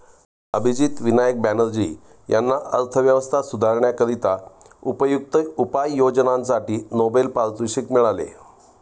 अभिजित विनायक बॅनर्जी यांना अर्थव्यवस्था सुधारण्याकरिता उपयुक्त उपाययोजनांसाठी नोबेल पारितोषिक मिळाले